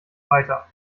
weiter